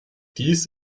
dies